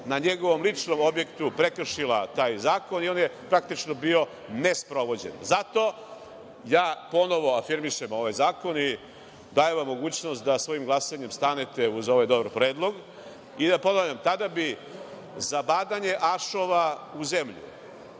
na njegovom ličnom objektu prekršila taj zakon i on je praktično bio nesprovođen. Zato ponovo afirmišem ovaj zakon i dajem vam mogućnost da svojim glasanjem stanete uz ovaj dobar predlog. Ponavljam, tada bi zabadanje ašova u zemlju,